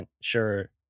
sure